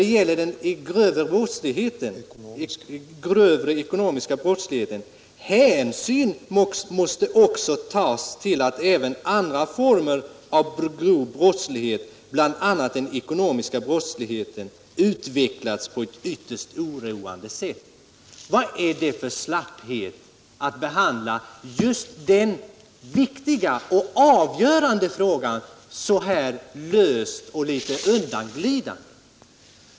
Beträffande den senare frågan säger utskottet på s. 7: ”Hänsyn måste också tas till att även andra former av grov brottslighet, bl.a. den ekonomiska brottsligheten, utvecklats på ett ytterst oroande sätt.” Vad är det för slapphet att tala om just den viktiga och avgörande frågan så här löst och litet undanglidande!